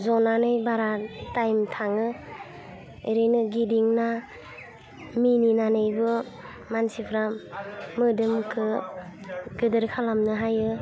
ज'नानै बारा टाइम थाङो एरैनो गिदिंना मिनिनानैबो मानसिफ्रा मोदोमखो गिदिर खालामनो हायो